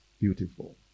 Beautiful